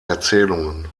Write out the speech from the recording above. erzählungen